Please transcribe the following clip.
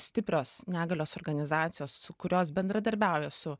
stiprios negalios organizacijos su kurios bendradarbiauja su